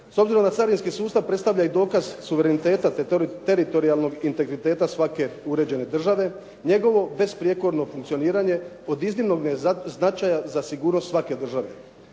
S obzirom da carinski sustav predstavlja i dokaz suvereniteta te teritorijalnog integriteta svake uređene države, njegovo besprijekorno funkcioniranje od iznimnog je značaja za sigurnost svake države.